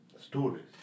stories